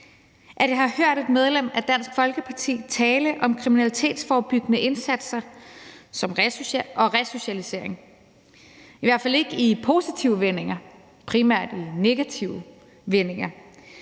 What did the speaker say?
at jeg har hørt et medlem af Dansk Folkeparti tale om kriminalitetsforebyggende indsatser og resocialisering, i hvert fald ikke i positive vendinger; det har primært været i negative vendinger.